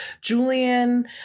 Julian